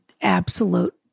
absolute